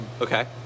Okay